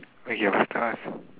wait you must tell us